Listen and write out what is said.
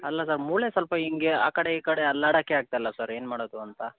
ಅಲ್ಲ ಸರ್ ಮೂಳೆ ಸ್ವಲ್ಪ ಹಿಂಗೆ ಆ ಕಡೆ ಈ ಕಡೆ ಅಲ್ಲಾಡೋಕ್ಕೇ ಆಗ್ತಾ ಇಲ್ಲ ಸರ್ ಏನು ಮಾಡೋದು ಅಂತ